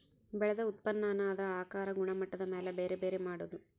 ಬೆಳದ ಉತ್ಪನ್ನಾನ ಅದರ ಆಕಾರಾ ಗುಣಮಟ್ಟದ ಮ್ಯಾಲ ಬ್ಯಾರೆ ಬ್ಯಾರೆ ಮಾಡುದು